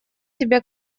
себе